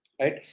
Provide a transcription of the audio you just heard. Right